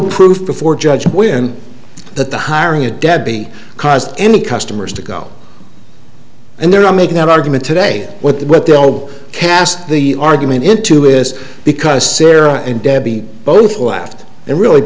proof before judge women that the hiring of debbie caused any customers to go and they're not making that argument today with what they'll cast the argument into this because sera and debbie both laughed it really